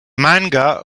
manga